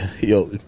yo